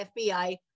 FBI